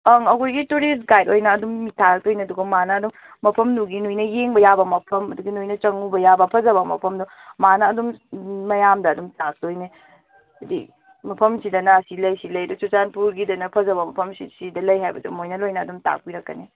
ꯑꯪ ꯑꯩꯈꯣꯏꯒꯤ tourist guide ꯑꯣꯏꯅ ꯑꯗꯨꯝ ꯃꯤ ꯊꯥꯔꯛꯇꯣꯏꯅꯦ ꯑꯗꯨꯒ ꯃꯥꯅ ꯑꯗꯨꯝ ꯃꯐꯝꯗꯨꯒꯤ ꯅꯣꯏꯅ ꯌꯦꯡꯕ ꯌꯥꯕ ꯃꯐꯝ ꯑꯗꯨꯒꯤ ꯅꯣꯏꯅ ꯆꯪꯉꯨꯕ ꯌꯥꯕ ꯐꯖꯕ ꯃꯐꯝꯗꯣ ꯃꯥꯅ ꯑꯗꯨꯝ ꯃꯌꯥꯝꯗ ꯑꯗꯨꯝ ꯇꯥꯛꯇꯣꯏꯅꯦ ꯍꯥꯏꯗꯤ ꯃꯐꯝꯁꯤꯗꯅ ꯑꯁꯤ ꯂꯩ ꯁꯤ ꯂꯩꯗꯣ ꯆꯨꯔꯆꯥꯟꯄꯨꯔꯒꯤꯗꯅ ꯐꯖꯕ ꯃꯐꯝ ꯁꯤ ꯁꯤꯗ ꯂꯩ ꯍꯥꯏꯕꯁꯦ ꯃꯣꯏꯅ ꯂꯣꯏꯅ ꯑꯗꯨꯝ ꯇꯥꯛꯄꯤꯔꯛꯀꯅꯤ